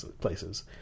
places